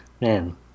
man